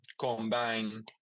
combine